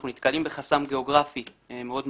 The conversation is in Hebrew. אנחנו נתקלים בחסם גיאוגרפי מאוד משמעותי.